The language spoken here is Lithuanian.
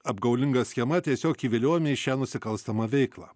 apgaulinga schema tiesiog įviliojami į šią nusikalstamą veiklą